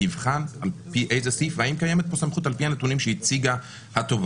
יבחן על פי איזה סעיף ואם קיימת פה סמכות על פי הנתונים שהציגה התובעת.